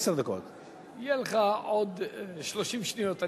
יהיו לך עוד 30 שניות,